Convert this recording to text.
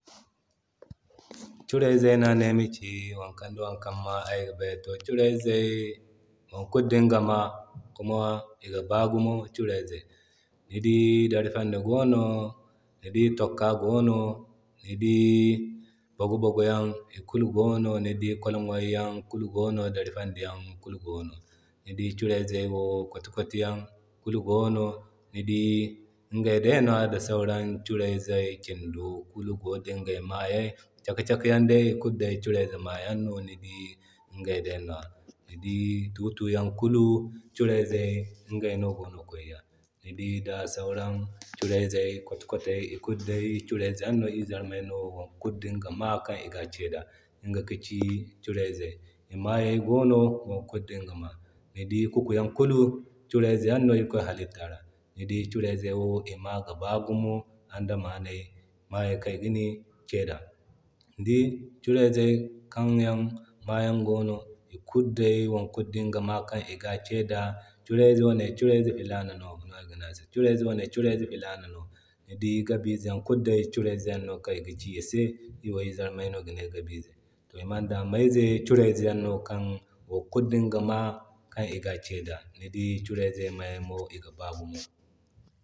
kurayzey no a ne ayma ci wokan da wokan ayga bay. To kurayzey wokulu dinga ma kuma iga baa gumo kureyzey, ni dii darafanda gono ni dii tokka gono ni dii boga-boga Yan kulu gono ni dii kwalaŋay kulu gono darafanda yan kulu gono ni dii kurayzey wo kwara kwati Yan kulu gono ni dii iŋgay day no da sauran kurayzey kindo kulu gono dinga maayay. Caka caka yan day ikulu kurayzey Mayan no ni dii igay day nwa. Ni dii tuu-tuu yan kurayzey iŋgay no gi kway ya. Ni dii da sauran kurayzey, koti kotey ikulu day kureyze iri Zarma no wo kulu dinga maa kan iga Kee da. Inga ka ci kurayzey, i mayay gono wo kulu dinga maa. Ni dii kuku yan kulu kurayzey yan no irikoy halitta ra. Ni dii kurayzey wo i maa ga baa gumo andamanize ma yay yan igani kee da. Ni dii kureyze kan yan maa yan go no ikulu day wo kulu dinga ma kan iga Kee da, kureyze wane kureyze filana no kureyze wane kureyze filana no, ni dii Gabu-ize yan kulu kureyze yan no kan iga kee i se. Iri wo iri zarmay no ga ne Gabu ize. To i mandame kurayzey yan no kan wo kulu dinga maa kan iga ke da, ni di kureyze maa mo ga baa gumo.